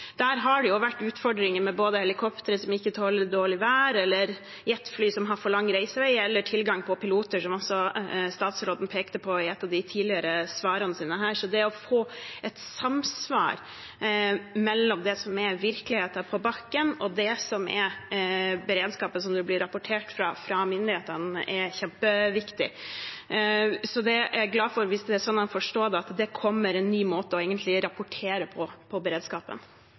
der har det jo vært utfordringer med både helikopter som ikke tåler dårlig vær, jetfly som har for lang reisevei, og tilgang på piloter, som også statsråden pekte på i et av de tidligere svarene sine. Det å få et samsvar mellom det som er virkeligheten på bakken, og den beredskapen som det blir rapportert om fra myndighetene, er kjempeviktig. Så jeg er glad for det, hvis det er sånn å forstå at det kommer en ny måte å rapportere om beredskapen på.